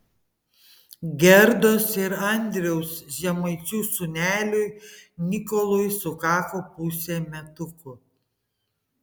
gerdos ir andriaus žemaičių sūneliui nikolui sukako pusė metukų